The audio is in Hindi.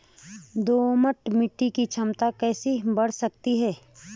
दोमट मिट्टी की क्षमता कैसे बड़ा सकते हैं?